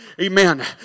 Amen